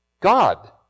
God